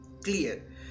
clear